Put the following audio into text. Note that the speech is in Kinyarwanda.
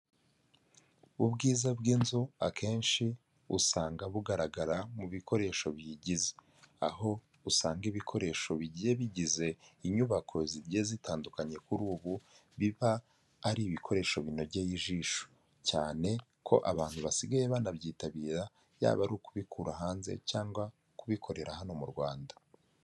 Ubwiza bw'inzu akenshi usanga bugaragara mu bikoresho biyigize, aho usanga ibikoresho bigiye bigize inyubako zigiye zitandukanye kuri ubu, biba ari ibikoresho binogeye ijisho, cyane ko abantu basigaye banabyitabira, yaba ari ukubikura hanze, cyangwa kubikorera hano mu Rwanda.